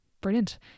Brilliant